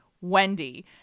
Wendy